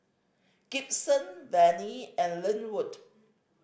Gibson Venie and Linwood